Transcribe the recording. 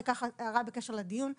וזאת ככה הערה לגבי הדיון הזה,